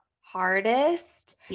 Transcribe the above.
hardest